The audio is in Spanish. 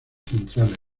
centrales